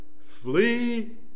flee